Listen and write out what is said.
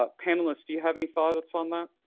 ah panelists, do you have any thoughts on that?